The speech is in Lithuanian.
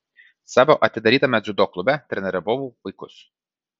savo atidarytame dziudo klube treniravau vaikus